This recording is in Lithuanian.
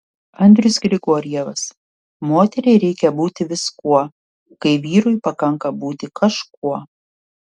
andrius grigorjevas moteriai reikia būti viskuo kai vyrui pakanka būti kažkuo